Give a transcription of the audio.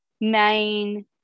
main